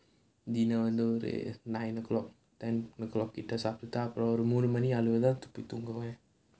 dinner வந்து ஒரு:vanthu oru nine o'clock ten o'clock கிட்ட சாப்டுட்டு அப்புறம் ஒரு மூணு மணி அளவுல தான் போய் தூங்குவேன்:kitta saaptuttu appuram oru ezhu mani azhavula thaan poyi thoonguvaen